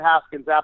Haskins